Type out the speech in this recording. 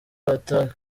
ata